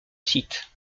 cite